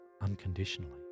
unconditionally